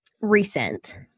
recent